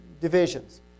divisions